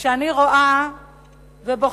וכשאני רואה ובוחנת,